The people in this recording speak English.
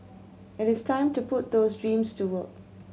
it is time to put those dreams to work